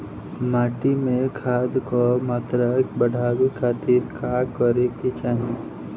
माटी में खाद क मात्रा बढ़ावे खातिर का करे के चाहीं?